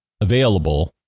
available